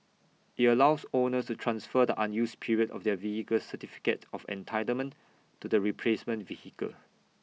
IT allows owners to transfer the unused period of their vehicle's certificate of entitlement to the replacement vehicle